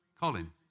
Colin